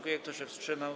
Kto się wstrzymał?